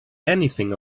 anything